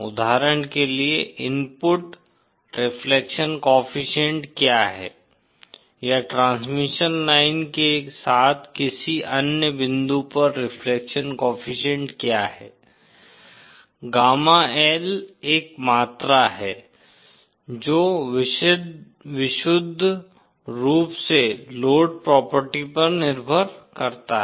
उदाहरण के लिए इनपुट रिफ्लेक्शन कोएफ़िशिएंट क्या है या ट्रांसमिशन लाइन के साथ किसी अन्य बिंदु पर रिफ्लेक्शन कोएफ़िशिएंट क्या है गामा L एक मात्रा है जो विशुद्ध रूप से लोड प्रॉपर्टी पर निर्भर करता है